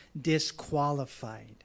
disqualified